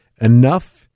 enough